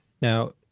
Now